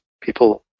people